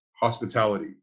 hospitality